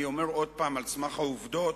אני אומר עוד פעם על סמך העובדות